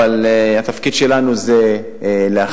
אבל התפקיד שלנו זה להכריע,